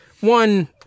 one